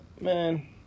man